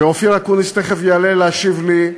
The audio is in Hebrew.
ואופיר אקוניס תכף יעלה להשיב לי,